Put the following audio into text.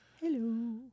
Hello